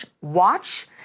watch